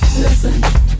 Listen